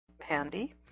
handy